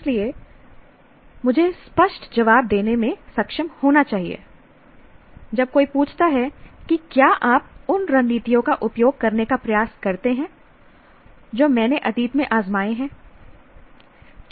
इसलिए मुझे स्पष्ट जवाब देने में सक्षम होना चाहिए जब कोई पूछता है कि क्या आप उन रणनीतियों का उपयोग करने का प्रयास करते हैं जो मैंने अतीत में आजमाएं हैं